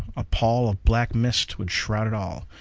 a pall of black mist would shroud it all,